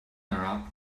arab